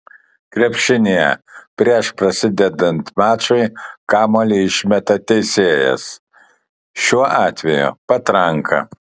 krepšinyje prieš prasidedant mačui kamuolį išmeta teisėjas šiuo atveju patranka